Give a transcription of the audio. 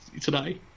today